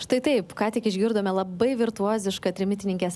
štai taip ką tik išgirdome labai virtuozišką trimitininkės